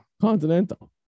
Continental